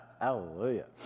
Hallelujah